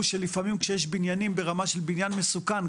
שלפעמים כשיש בניינים ברמה של בניין מסוכן,